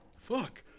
fuck